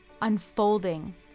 unfolding